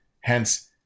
Hence